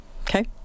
Okay